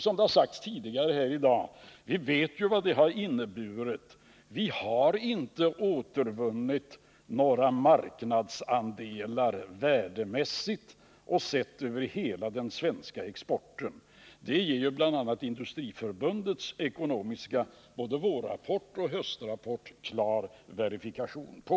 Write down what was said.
Som det har sagts tidigare här i dag: Vi vet vad de här tre åren har inneburit. Vi har inte återvunnit några marknadsandelar värdemässigt och sett över hela den svenska exporten. Det ger bl.a. Industriförbundets ekonomiska rapporter, både vårens och höstens, klar verifikation på.